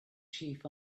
chief